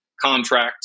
contract